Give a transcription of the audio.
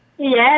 Yes